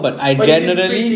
but you can predict